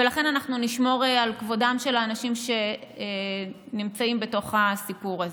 ולכן אנחנו נשמור על כבודם של האנשים שנמצאים בתוך הסיפור הזה.